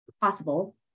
possible